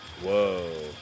Whoa